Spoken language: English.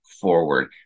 forward